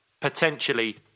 potentially